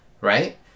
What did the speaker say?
right